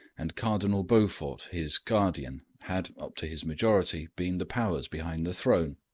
and cardinal beaufort, his guardian, had, up to his majority, been the powers behind the throne.